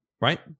right